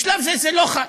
בשלב זה, זה לא חל,